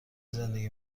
زندگی